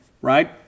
right